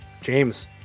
James